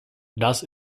das